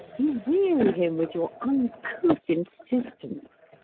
you weary him with your uncouth insistence.